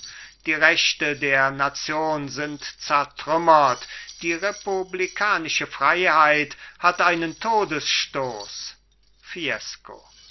die rechte der nation sind zertrümmert die republikanische freiheit hat einen todesstoß fiesco